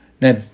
Now